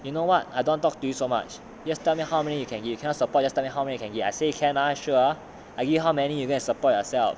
you know what I don't want talk to you so much just tell me how many you can give you cannot support just tell me how many you can give I say you can ah sure ah I give you how many you go and support yourself